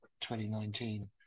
2019